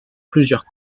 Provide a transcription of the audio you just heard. plusieurs